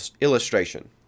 illustration